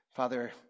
Father